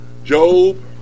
Job